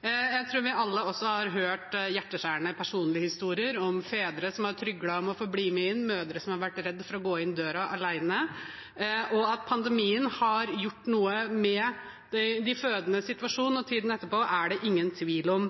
Jeg tror vi alle også har hørt hjerteskjærende personlige historier om fedre som har tryglet om å få bli med inn, og mødre som har vært redde for å gå inn døren alene. At pandemien har gjort noe med de fødendes situasjon og tiden etterpå, er det ingen tvil om.